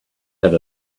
had